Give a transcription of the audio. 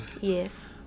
Yes